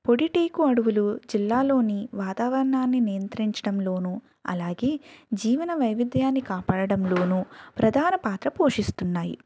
పొడి టేకు అడవులు జిల్లాలోని వాతావరణాన్ని నియంత్రించటంలోనూ అలాగే జీవన వైవిద్యాన్ని కాపాడడంలోనూ ప్రధాన పాత్ర పోషిస్తున్నాయి